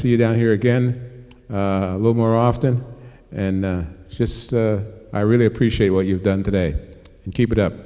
you down here again a little more often and just i really appreciate what you've done today and keep it up